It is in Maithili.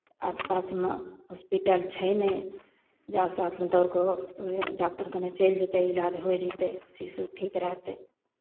आस पासमे हॉस्पिटल छै नहि जे आस पासमे दौड़ कऽ डॉक्टर कने चलि जयतै इलाज होय जयतै शिशु ठीक रहतै